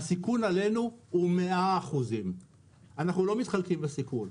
הסיכון עלינו הוא 100%, אנחנו לא מתחלקים בסיכון.